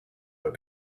but